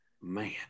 Man